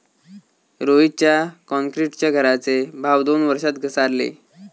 रोहितच्या क्रॉन्क्रीटच्या घराचे भाव दोन वर्षात घसारले